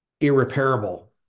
irreparable